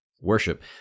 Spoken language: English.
worship